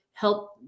help